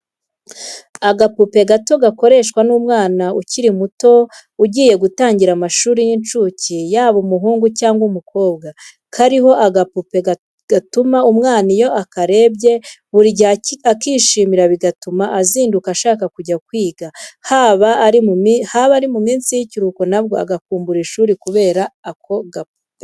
Agakapu gato gakoreshwa n'umwana ukiri muto ugiye gutangira amashuri y'incuke yaba umuhungu cyangwa umukobwa, kariho agapupe gatuma umwana iyo akarebye buri gihe akishimira bigatuma azinduka ashaka kujya kwiga haba ari mu minsi y'ikiruhuko nabwo agakumbura ishuri kubera ako gakapu.